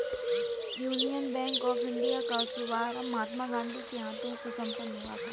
union bank of India का शुभारंभ महात्मा गांधी के हाथों से संपन्न हुआ था